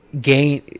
gain